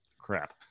crap